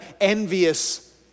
envious